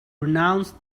renounce